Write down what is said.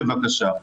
בבקשה.